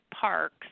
parks